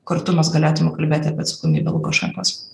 kartu mes galėtume kalbėti apie atsakomybę lukašenkos